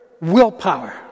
willpower